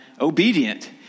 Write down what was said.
obedient